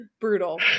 Brutal